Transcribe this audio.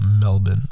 Melbourne